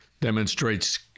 demonstrates